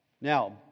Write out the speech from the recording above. Now